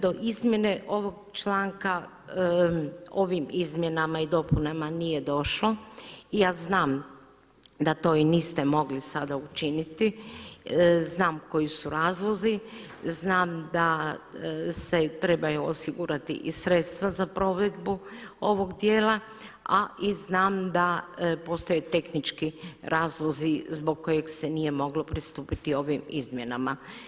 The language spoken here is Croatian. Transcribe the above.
Do izmjene ovog članka ovim izmjenama i dopunama nije došlo i ja znam da i to niste mogli sada učiniti, znam koji su razlozi, znam da se trebaju osigurati i sredstva za provedbu ovog dijela, a i znam da postoje i tehnički razlozi zbog kojeg se nije moglo pristupiti ovim izmjenama.